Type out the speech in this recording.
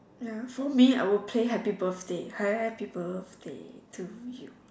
ya for me I will play happy birthday happy birthday to you